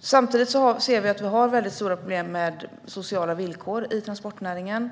Samtidigt ser vi att vi har stora problem med sociala villkor i transportnäringen.